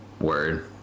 word